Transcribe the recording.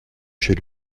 chez